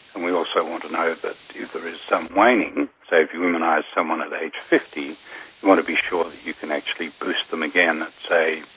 and we also want to know that if there is some waning, say if you immunise someone at age fifty you want to be sure that you can actually boost them again at, say,